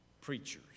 preachers